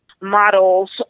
models